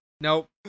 Nope